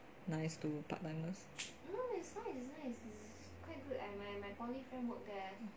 nice to part timers